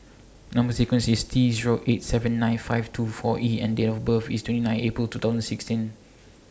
Number sequence IS T Zero eight seven nine five two four E and Date of birth IS twenty nine April two thousand sixteen